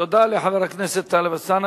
תודה לחבר הכנסת טלב אלסאנע.